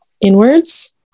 inwards